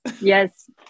yes